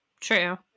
True